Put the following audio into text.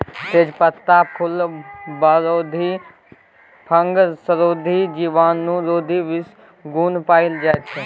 तेजपत्तामे फुलबरोधी, फंगसरोधी, जीवाणुरोधी गुण पाएल जाइ छै